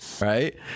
Right